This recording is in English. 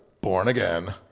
born-again